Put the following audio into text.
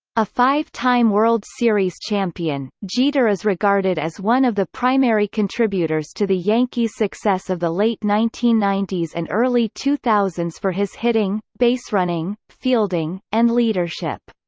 a five-time world series champion, jeter is regarded as one of the primary contributors to the yankees' success of the late nineteen ninety s and early two thousand s for his hitting, baserunning, fielding, and leadership.